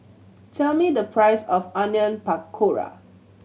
tell me the price of Onion Pakora